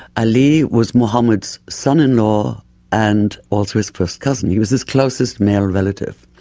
ali was muhammad's son-in-law and also his first cousin. he was his closest male relative.